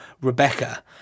Rebecca